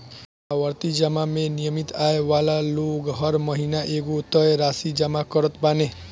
आवर्ती जमा में नियमित आय वाला लोग हर महिना एगो तय राशि जमा करत बाने